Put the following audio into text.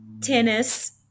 tennis